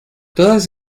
todas